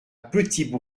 petit